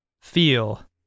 feel